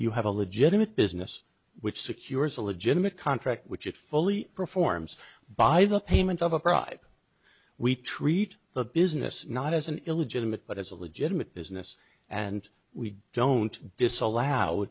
you have a legitimate business which secures a legitimate contract which it fully performs by the payment of a pride we treat the business not as an illegitimate but as a legitimate business and we don't disallow